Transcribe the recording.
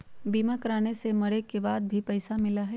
बीमा कराने से मरे के बाद भी पईसा मिलहई?